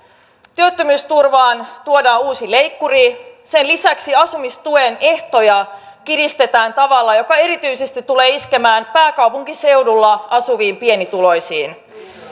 työttömyysturvaan tuodaan uusi leikkuri sen lisäksi asumistuen ehtoja kiristetään tavalla joka erityisesti tulee iskemään pääkaupunkiseudulla asuviin pienituloisiin